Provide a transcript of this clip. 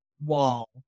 wall